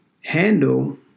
handle